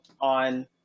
on